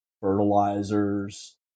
fertilizers